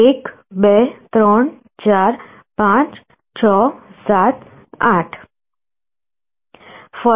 1 2 3 4 5 6 7 8